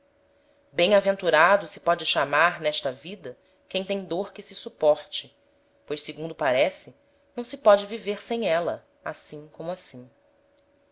éla bem-aventurado se póde chamar n'esta vida quem tem dôr que se suporte pois segundo parece não se póde viver sem éla assim como assim